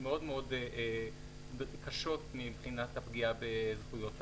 מאוד קשות מבחינת הפגיעה בזכויות אדם.